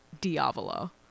Diavolo